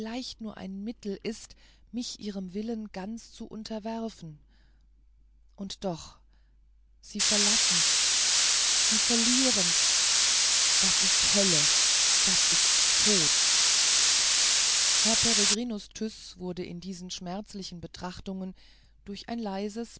nur ein mittel ist mich ihrem willen ganz zu unterwerfen und doch sie verlassen sie verlieren das ist hölle das ist tod herr peregrinus tyß wurde in diesen schmerzlichen betrachtungen durch ein leises